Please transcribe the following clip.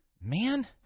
man